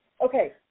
Okay